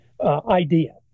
idea